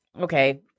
okay